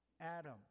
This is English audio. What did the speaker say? Adam